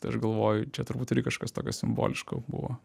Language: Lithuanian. tai aš galvoju čia turbūt irgi kažkas tokio simboliško buvo